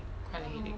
quite headache